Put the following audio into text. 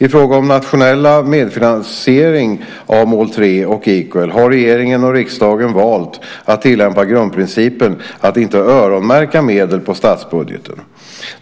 I frågan om nationell medfinansiering av mål 3 och Equal har regeringen och riksdagen valt att tillämpa grundprincipen att inte "öronmärka" medel på statsbudgeten.